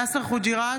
יאסר חוג'יראת,